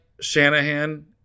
Shanahan